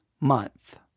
month